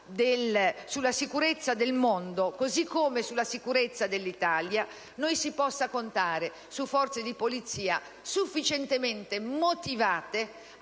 la sicurezza del mondo così come per la sicurezza dell'Italia), si possa contare su forze di Polizia sufficientemente motivate